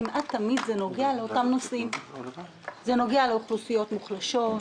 כמעט תמיד זה נוגע לאותם נושאים: זה נוגע לאוכלוסיות מוחלשות,